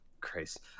Christ